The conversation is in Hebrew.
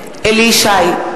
נגד אליהו ישי,